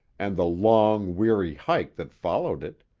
and the long, weary hike that followed it,